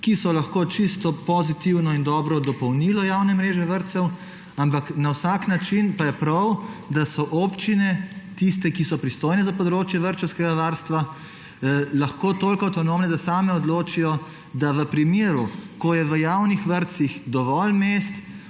ki so lahko čisto pozitivno in dobro dopolnilo javne mreže vrtcev, ampak na vsak način pa je prav, da so občine tiste, ki so pristojne za področje vrtčevskega varstva, lahko toliko avtonomne, da same odločijo, da v primeru, ko je v javnih vrtcih dovolj mest,